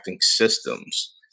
systems